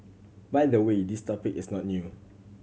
by the way this topic is not new